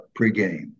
pregame